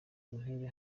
intebe